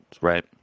right